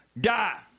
die